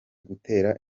gutera